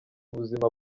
buzima